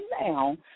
now